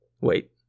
Wait